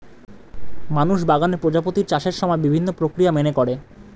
মানুষ বাগানে প্রজাপতির চাষের সময় বিভিন্ন প্রক্রিয়া মেনে করে